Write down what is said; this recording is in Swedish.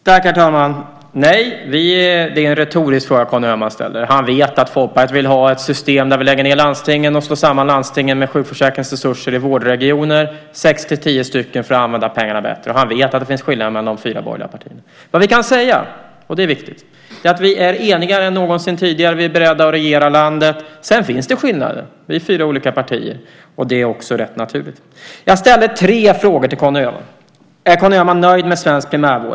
Herr talman! Det är en retorisk fråga Conny Öhman ställer. Han vet att Folkpartiet vill ha ett system där vi lägger ned landstingen och slår samman landstingen med sjukförsäkringsresurser i sex-tio vårdregioner för att använda pengarna bättre. Han vet att det finns skillnader mellan de fyra borgerliga partierna. Vad vi kan säga, och det är viktigt, är att vi är enigare än någonsin tidigare, och vi är beredda att regera landet. Sedan finns det skillnader - vi är fyra olika partier - och det är också rätt naturligt. Jag ställde tre frågor till Conny Öhman. Är Conny Öhman nöjd med svensk primärvård?